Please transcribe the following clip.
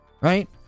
right